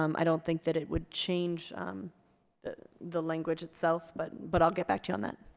um i don't think that it would change the the language itself, but but i'll get back to you on that.